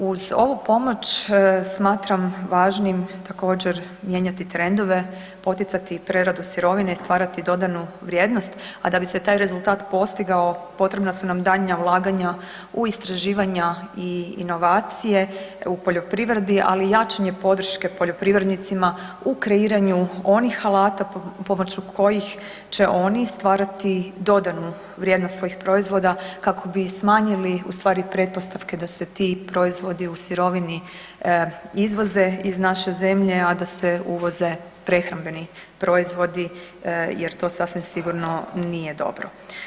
Uz ovu pomoć smatram važnim također mijenjati trendove, poticati preradu sirovine i stvarati dodanu vrijednost, a da bi se taj rezultat postigao potrebna su nam daljnja ulaganja u istraživanja i inovacije u poljoprivredi, ali i jačanje podrške poljoprivrednicima u kreiranju onih alata pomoću kojih će oni stvarati dodanu vrijednost svojih proizvoda kako bi smanjili u stvari pretpostavke da se ti proizvodi u sirovini izvoze iz naše zemlje, a da se uvoze prehrambeni proizvodi jer to sasvim sigurno nije dobro.